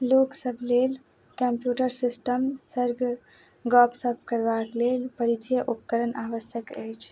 लोकसभ लेल computer system सङ्ग गपसप करबाक लेल परिचय उपकरण आवश्यक अछि